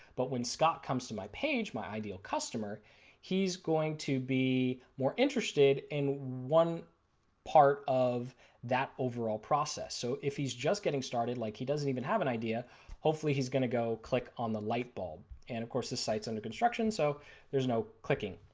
but when scott comes to my page my ideal customer he is going to be more interested in one part of that overall process. so if he is just getting started like he doesn't even have an idea hopefully he is going to go click on the lightbulb. and of course this site is under construction so there is no clicking,